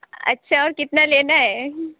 اچھا اور کتنا لینا ہے